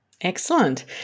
Excellent